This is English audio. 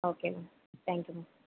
okay ma'am thank you ma'am